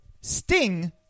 Sting